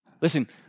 Listen